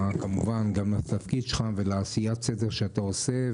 לכמובן גם לתפקיד שלך ולעשיית סדר שאתה עושה,